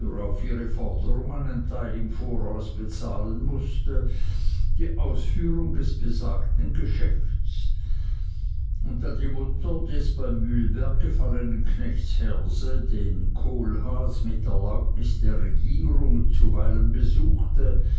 auf ihre forderung einen teil im voraus bezahlen mußte die ausführung des besagten geschäfts und da die mutter des bei mühlberg gefallenen knechts herse den kohlhaas mit erlaubnis der regierung zuweilen besuchte